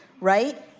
right